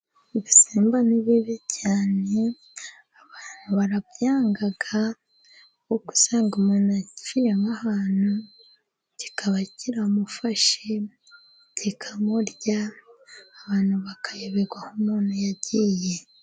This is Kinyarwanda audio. Ibisimba ni bibi cyane, abantu barabyanga, kuko usanga umuntu aciye nk'ahantu, kikaba kiramufashe kikamurya, abantu bakayoberwa aho umuntu yagiye.